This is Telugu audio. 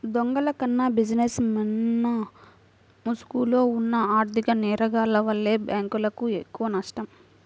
దొంగల కన్నా బిజినెస్ మెన్ల ముసుగులో ఉన్న ఆర్ధిక నేరగాల్ల వల్లే బ్యేంకులకు ఎక్కువనష్టం